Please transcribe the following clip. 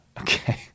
Okay